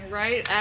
right